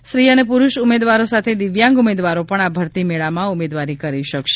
સ્ત્રી અને પુરૂષ ઉમેદવારો સાથે દિવ્યાંગ ઉમેદવારો પણ આ ભરતી મેળામાં ઉમેદવારી કરી શકશે